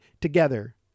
together